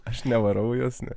aš nevarau į juos